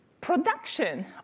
Production